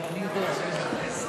אדוני היושב-ראש,